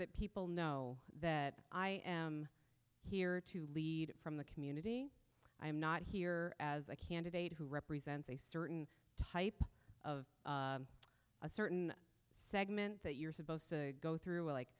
that people know that i am here to lead from the community i am not here as a candidate who represents a certain type of a certain segment that you're supposed to go through like